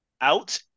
out